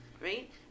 right